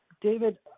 David